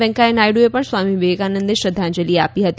વેંકૈયા નાયડુએ પણ સ્વામી વિવેકાનંદને શ્રદ્ધાંજલી આપી હતી